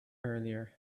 earlier